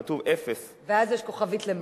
כתוב 0. ואז יש כוכבית למטה.